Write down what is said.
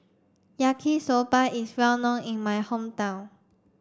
Yaki Soba is well known in my hometown